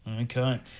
Okay